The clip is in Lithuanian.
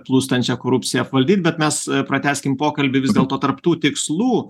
plūstančią korupciją valdyti bet mes pratęskim pokalbį vis dėlto tarp tų tikslų